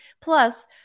Plus